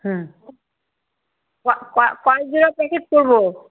হুম কয় জোড়া প্যাকেট করবো